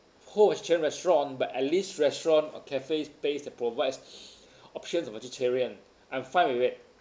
whole vegetarian restaurant but at least restaurant or cafe place that provides options for vegetarian I'm fine with it